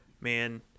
man